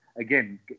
again